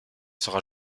sera